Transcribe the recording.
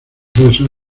rosa